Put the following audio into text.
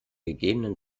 gegebenen